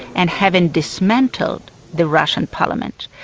and having dismantled the russian parliament,